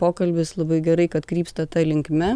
pokalbis labai gerai kad krypsta ta linkme